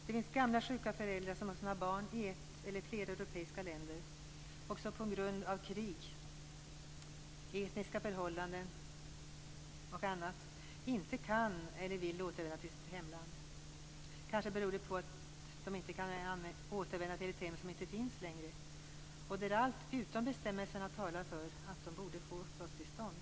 Det finns gamla, sjuka föräldrar som har sina barn i ett eller flera europeiska länder och som på grund av krig, etniska förhållanden och annat inte kan eller inte vill återvända till sitt hemland. Det beror kanske på att de inte kan återvända till ett hem som inte längre finns. Allt utom bestämmelserna talar för att de borde få uppehållstillstånd.